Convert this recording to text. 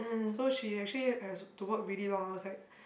so she actually has to work really long hours like